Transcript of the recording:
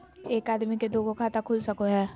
एक आदमी के दू गो खाता खुल सको है?